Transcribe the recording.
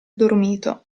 dormito